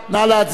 מי נגד?